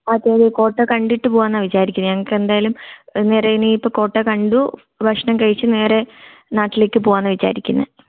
അതേ കോട്ട കണ്ടിട്ടു പോകാമെന്നാണ് വിചാരിക്കുന്നത് ഞങ്ങൾക്ക് എന്തായാലും നേരെ ഇനി ഇപ്പം കോട്ട കണ്ടു ഭക്ഷണം കഴിച്ച് നേരെ നാട്ടിലേക്ക് പോകാമെന്നാണ് വിചാരിക്കുന്നത്